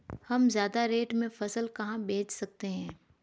हम ज्यादा रेट में फसल कहाँ बेच सकते हैं?